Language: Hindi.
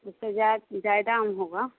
उससे जाए ज्यादा में होगा